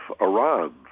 Iran